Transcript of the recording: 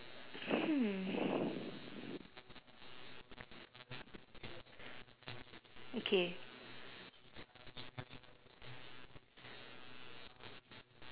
hmm okay